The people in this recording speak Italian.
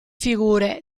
figure